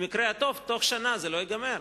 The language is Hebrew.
במקרה הטוב, בתוך שנה זה לא ייגמר.